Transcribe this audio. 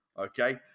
okay